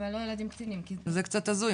אבל לא ילדים קטינים זה קצת הזוי,